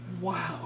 Wow